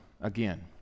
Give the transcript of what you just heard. again